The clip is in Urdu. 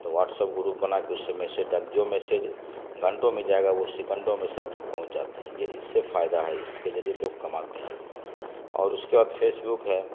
تو واٹسپ گروپ بنا کے اس سے میسیج ڈل جو میسیج گھنٹوں میں جائے گا وہ سکنڈوں میں سب تک پہنچ جاتے ہیں یہ اس سے فائدہ ہے اس کے ذریعے لوگ کماتے ہیں اور اس کے بعد فیس بک ہے